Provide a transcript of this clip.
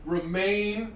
Remain